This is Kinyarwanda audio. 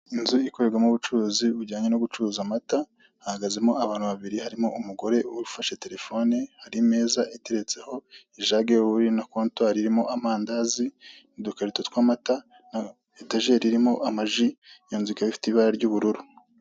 Inzu ikorerwamo ubucuruzi bujyanye no gucuruza amata, hahagazemo abantu babiri, harimo umugore ufashe telefone, hari imeza iteretseho ijage y'ubururu, na kontwari irimo amandazi, n'udukarito tw'amata, na etajeri irimo amaji, iyo nzu ikaba ifite ibara ry'ubururu.